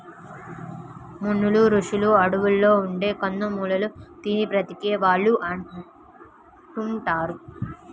మునులు, రుషులు అడువుల్లో ఉండే కందమూలాలు తిని బతికే వాళ్ళు అంటుంటారు